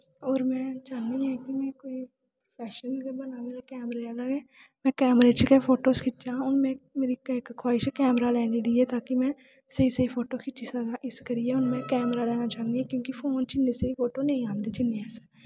होर में चाह्न्नी आं कि कोई मैं प्रोफैशन बनांऽ कैमरे आह्ला गै में कैमरे च गै फोटो खिच्चां हून मेरी इक्कै इक खोहाहिश ऐ कैमरा लैने दी तां कि में स्हेई स्हेई फोटो खिच्ची सकां इस करियै में हून कैमरा लैना चाह्न्नी आं क्योंकि फोन च इन्ने स्हेई फोटो नेईं आंदे जिन्ने अस